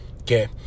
Okay